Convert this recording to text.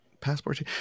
Passport